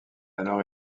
alors